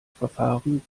verfahren